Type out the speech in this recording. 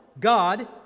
God